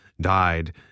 died